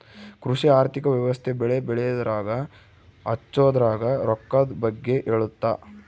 ಕೃಷಿ ಆರ್ಥಿಕ ವ್ಯವಸ್ತೆ ಬೆಳೆ ಬೆಳೆಯದ್ರಾಗ ಹಚ್ಛೊದ್ರಾಗ ರೊಕ್ಕದ್ ಬಗ್ಗೆ ಹೇಳುತ್ತ